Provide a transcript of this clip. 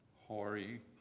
hoary